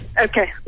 Okay